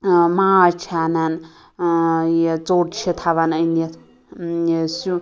ٲں ماز چھِ انان ٲں یہِ ژوٚٹ چھِ تھاوان أنِتھ یہِ سیٛو